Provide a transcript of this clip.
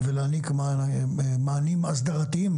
ולהענקת מענים אסדרתיים